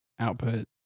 output